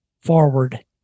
forward